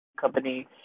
company